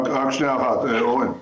שנייה אחת, אורן.